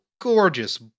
gorgeous